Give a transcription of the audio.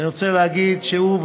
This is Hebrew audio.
שאני רוצה להגיד שהוא,